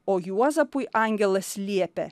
o juozapui angelas liepia